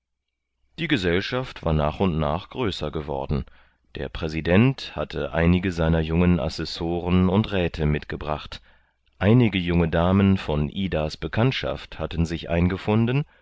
die gesellschaft war nach und nach größer geworden der präsident hatte einige seiner jungen assessoren und räte mitgebracht einige junge damen von idas bekanntschaft hatten sich eingefunden